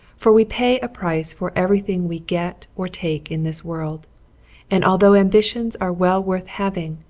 for we pay a price for everything we get or take in this world and although ambitions are well worth having,